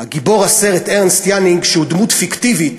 גיבור הסרט, ארנסט ינינג, שהוא דמות פיקטיבית,